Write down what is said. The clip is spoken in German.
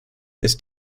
ist